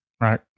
Right